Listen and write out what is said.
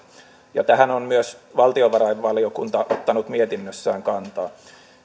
ja tähän on myös valtiovarainvaliokunta ottanut mietinnössään kantaa